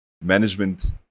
management